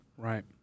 Right